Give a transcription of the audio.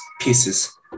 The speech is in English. pieces